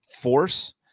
force